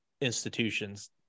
institutions